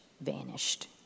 vanished